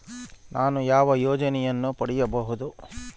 ನಾನು ಯಾವ ಯೋಜನೆಯನ್ನು ಪಡೆಯಬಹುದು?